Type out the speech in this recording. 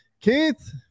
Keith